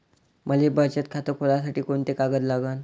मले बचत खातं खोलासाठी कोंते कागद लागन?